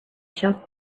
shelf